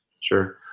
sure